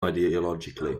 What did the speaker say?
ideologically